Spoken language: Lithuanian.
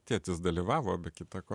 tėtis dalyvavo be kita ko